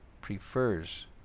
prefers